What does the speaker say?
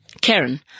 Karen